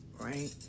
right